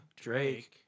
Drake